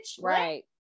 Right